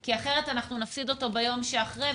כי אחרת אנחנו נפסיד אותו ביום שאחרי,